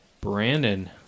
brandon